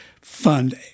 fund